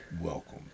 Welcome